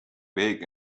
big